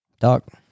Talk